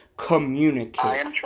Communicate